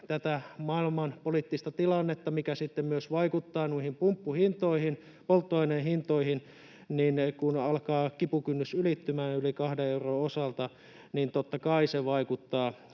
tätä maailmanpoliittista tilannetta, niin se vaikuttaa sitten noihin pumppuhintoihin, polttoaineen hintoihin, ja kun alkaa kipukynnys ylittymään yli kahden euron osalta, niin totta kai se vaikuttaa